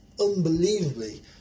unbelievably